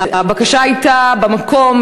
הבקשה הייתה במקום,